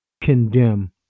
condemn